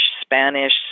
Spanish